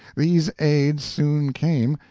these aids soon came,